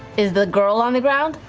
is the girl on the ground?